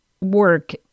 work